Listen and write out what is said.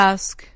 Ask